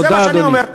זה מה שאני אומר.